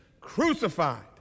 crucified